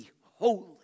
holy